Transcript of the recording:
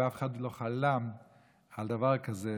ואף אחד לא חלם על דבר כזה,